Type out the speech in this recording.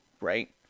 right